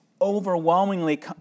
overwhelmingly